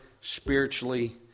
spiritually